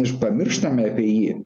iš pamirštame apie jį